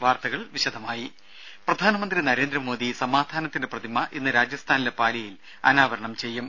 വാർത്തകൾ വിശദമായി പ്രധാനമന്ത്രി നരേന്ദ്രമോദി സമാധാനത്തിന്റെ പ്രതിമ ഇന്ന് രാജസ്ഥാനിലെ പാലിയിൽ അനാവരണം ചെയ്യും